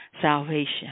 salvation